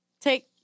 Take